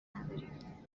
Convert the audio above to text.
نداری